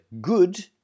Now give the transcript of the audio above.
good